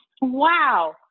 Wow